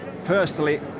Firstly